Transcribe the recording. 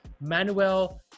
Manuel